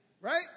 right